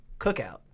Cookout